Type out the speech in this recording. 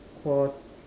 quart~